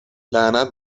لعنت